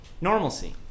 normalcy